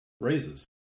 raises